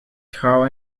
grauw